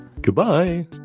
Goodbye